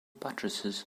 buttresses